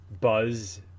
buzz